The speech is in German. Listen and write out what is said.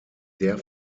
der